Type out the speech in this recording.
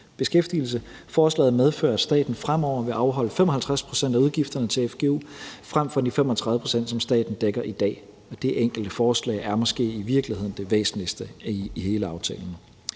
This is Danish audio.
beskæftigelse. Forslaget medfører, at staten fremover vil afholde 55 pct. af udgifterne til fgu frem for de 35 pct., som staten dækker i dag. Og det enkelte forslag er måske i virkeligheden det væsentligste i hele aftalen.